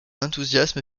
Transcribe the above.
enthousiasme